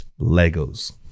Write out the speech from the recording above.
Legos